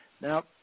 Now